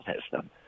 system